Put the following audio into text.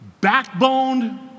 backboned